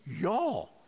y'all